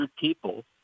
people